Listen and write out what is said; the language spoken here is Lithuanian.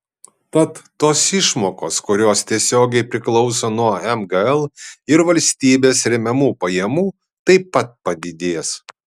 tad tos išmokos kurios tiesiogiai priklauso nuo mgl ir valstybės remiamų pajamų taip pat padidės